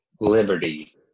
liberty